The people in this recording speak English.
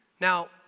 Now